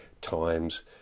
times